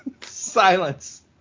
Silence